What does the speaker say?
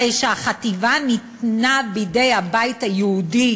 הרי שהחטיבה ניתנה בידי הבית היהודי